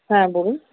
হ্যাঁ বলুন